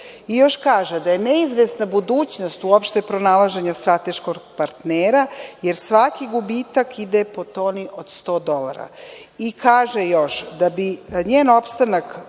kaže da je neizvesna budućnost uopšte pronalaženja strateškog partnera, jer svaki gubitak ide po toni od sto dolara. Kaže još da bi se njen opstanak